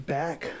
back